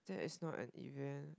that is not an event